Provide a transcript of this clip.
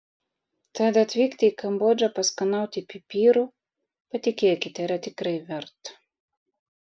tad atvykti į kambodžą paskanauti pipirų patikėkite yra tikrai verta